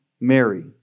Mary